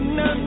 no